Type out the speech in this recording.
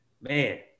man